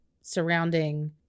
surrounding